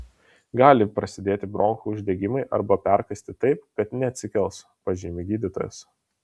gali prasidėti bronchų uždegimai arba perkaisti taip kad neatsikels pažymi gydytojas